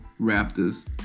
Raptors